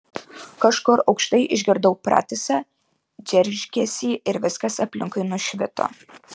kažkur aukštai išgirdau pratisą džeržgesį ir viskas aplinkui nušvito